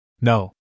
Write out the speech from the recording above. No